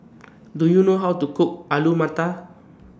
Do YOU know How to Cook Alu Matar